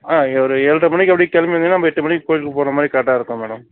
ஆ ஒரு ஏழரை மணிக்கு அப்படியே கிளம்பி வந்திங்கனா ஒரு எட்டு மணிக்கு கோயிலுக்கு போகிற மாதிரி கரெக்டாருக்கும் மேடம்